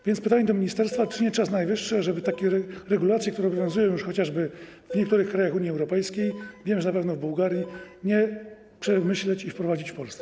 A więc pytanie do ministerstwa: Czy nie czas najwyższy, ażeby takie regulacje, które obowiązują już chociażby w niektórych krajach Unii Europejskiej, wiem, że na pewno w Bułgarii, przemyśleć i wprowadzić w Polsce?